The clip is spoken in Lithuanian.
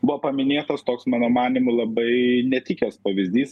buvo paminėtas toks mano manymu labai netikęs pavyzdys